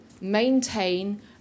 maintain